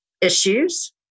issues